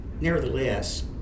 nevertheless